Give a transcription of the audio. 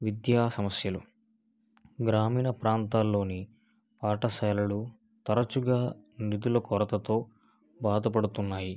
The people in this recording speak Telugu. విద్యా సమస్యలు గ్రామీణ ప్రాంతాల్లోని పాఠశాలలు తరచుగా నిధుల కొరతతో బాధపడుతున్నాయి